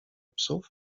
psów